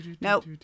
Nope